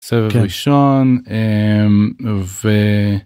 סבב ראשון... ו...